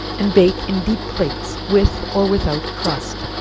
and bake in deep plates, with or without crust.